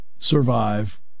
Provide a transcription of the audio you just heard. survive